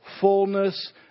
fullness